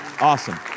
Awesome